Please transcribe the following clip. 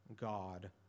God